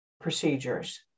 procedures